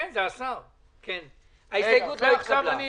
לא כדאי לכם.